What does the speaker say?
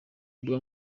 mbuga